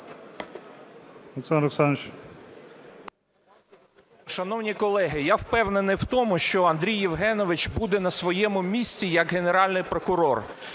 Шановні колеги, я впевнений в тому, що Андрій Євгенович буде на своєму місці як Генеральний прокурор.